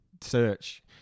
search